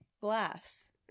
Glass